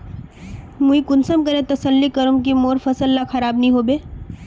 मुई कुंसम करे तसल्ली करूम की मोर फसल ला खराब नी होबे?